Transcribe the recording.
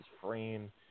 frame